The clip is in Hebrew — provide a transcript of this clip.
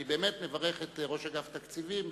אני באמת מברך את ראש אגף תקציבים,